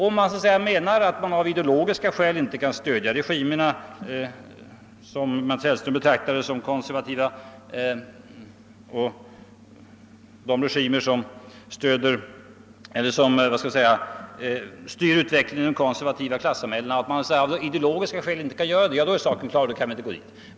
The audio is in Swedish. Om man menar att det av ideologiska skäl inte går att stödja de regimer som Mats Hellström betraktade som konservativa, d.v.s. de regimer som styr utvecklingen i konservativa klassamhällen, då är saken klar och då skall vi inte engagera oss där.